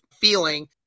feeling